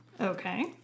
Okay